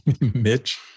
Mitch